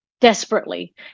desperately